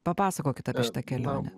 papasakokit apie šitą kelionę